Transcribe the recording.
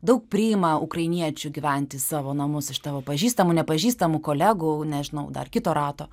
daug priima ukrainiečių gyvent į savo namus iš tavo pažįstamų nepažįstamų kolegų nežinau dar kito rato